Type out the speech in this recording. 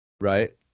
Right